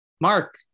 Mark